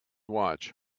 watch